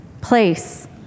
Place